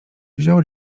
wziął